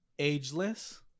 ageless